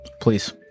Please